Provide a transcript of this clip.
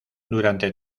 durante